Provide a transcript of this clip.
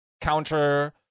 counter